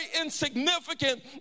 insignificant